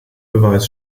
beweis